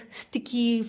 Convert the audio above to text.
sticky